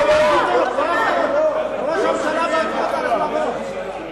לא, לא, באיזה תקנון זה כתוב?